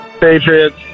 Patriots